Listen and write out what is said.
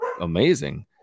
amazing